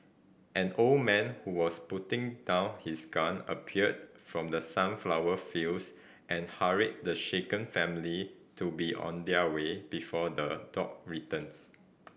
an old man who was putting down his gun appeared from the sunflower fields and hurried the shaken family to be on their way before the dog returns